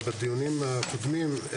בדיונים הקודמים היה